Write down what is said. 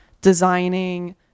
designing